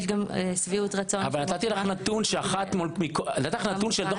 יש גם שביעות רצון -- נתתי לך נתון מדוח מבקר